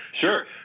Sure